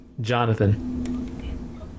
Jonathan